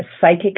psychic